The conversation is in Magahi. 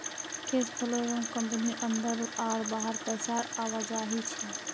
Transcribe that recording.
कैश फ्लो एक कंपनीर अंदर आर बाहर पैसार आवाजाही छे